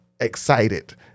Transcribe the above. excited